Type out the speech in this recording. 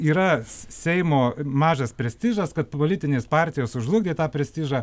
yra s seimo mažas prestižas kad politinės partijos sužlugdė tą prestižą